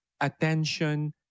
attention